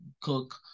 cook